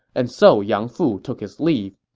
and so yang fu took his leave